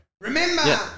Remember